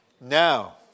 Now